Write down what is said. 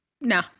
No